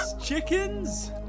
chickens